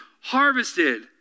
harvested